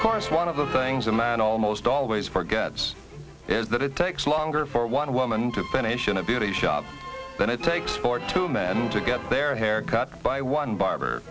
of course one of the things a man almost always forgets is that it takes longer for one woman to finish in a beauty shop than it takes for two men to get their hair cut by one barber